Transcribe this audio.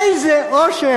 איזה אושר.